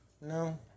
No